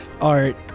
art